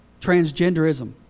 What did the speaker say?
transgenderism